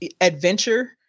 adventure